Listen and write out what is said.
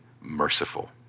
merciful